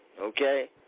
Okay